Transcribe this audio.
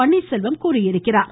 பன்னீர்செல்வம் தெரிவித்தார்